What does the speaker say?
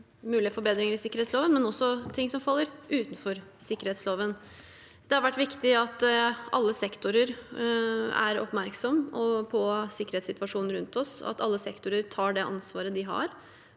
mulige forbedringer i sikkerhetsloven og ting som faller utenfor sikkerhetsloven. Det har vært viktig at alle sektorer er oppmerksomme på sikkerhetssituasjonen rundt oss, og at alle sektorer tar det ansvaret de har